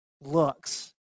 looks